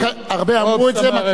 הרבה אמרו, מקיאוולי כתב את זה.